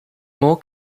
more